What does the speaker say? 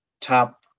top